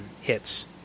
hits